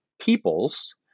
peoples